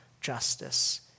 justice